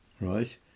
right